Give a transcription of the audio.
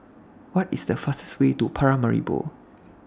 What IS The fastest Way to Paramaribo